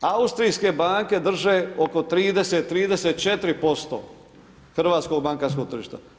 Austrijske banke drže oko 30, 34% hrvatskog bankarskog tržišta.